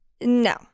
No